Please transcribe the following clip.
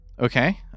Okay